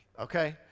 okay